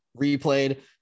replayed